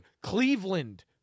cleveland